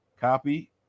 copy